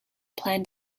plan